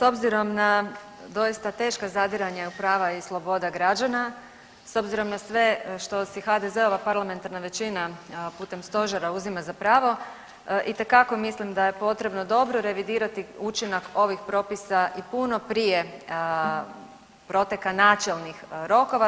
S obzirom na doista teška zadiranja prava i slobode građana, s obzirom na sve što si HDZ-ova parlamentarna većina putem stožera uzima za pravo itekako mislim da je potrebno dobro revidirati učinak ovih propisa i puno prije proteka načelnih rokova.